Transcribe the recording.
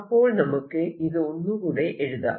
അപ്പോൾ നമുക്ക് ഇത് ഒന്നുകൂടെ എഴുതാം